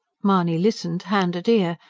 mahony listened hand at ear,